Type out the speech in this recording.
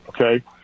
okay